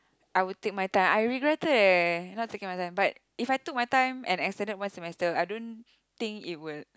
I would take my time I regretted leh not taking my time but if I took my time and extended one semester I don't think it would